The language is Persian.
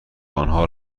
آنها